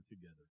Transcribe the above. together